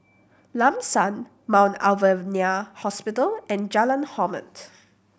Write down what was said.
Lam San Mount Alvernia Hospital and Jalan Hormat